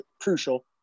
crucial